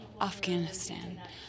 Afghanistan